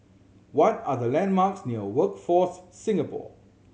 what are the landmarks near Workforce Singapore